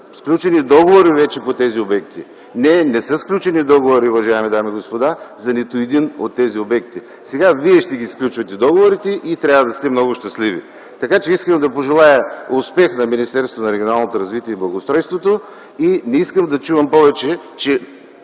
сключени вече договори по тези обекти. Не, не са сключени договори, уважаеми дами и господа, за нито един от тези обекти. Сега вие ще сключвате договорите и трябва да сте много щастливи. Така, че искам да пожелая успех на Министерството на регионалното развитие и благоустройството и не искам да чувам повече, че